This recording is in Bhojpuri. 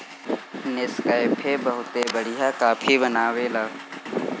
नेस्कैफे बहुते बढ़िया काफी बनावेला